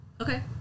Okay